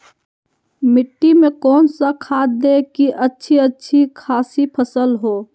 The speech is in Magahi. मिट्टी में कौन सा खाद दे की अच्छी अच्छी खासी फसल हो?